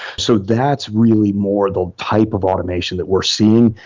so that's really more the type of automation that we're seeing,